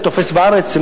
זה תופס בארץ?